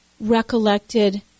recollected